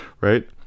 right